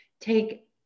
take